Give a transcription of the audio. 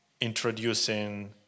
introducing